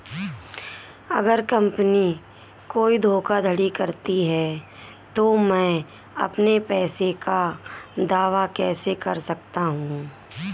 अगर कंपनी कोई धोखाधड़ी करती है तो मैं अपने पैसे का दावा कैसे कर सकता हूं?